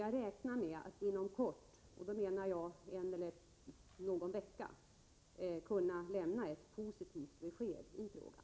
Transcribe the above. Jag räknar med att inom kort — inom en eller någon vecka — kunna lämna ett positivt besked i frågan.